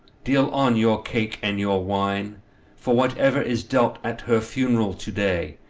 deal on your cake and your wine for whatever is dealt at her funeral to-day,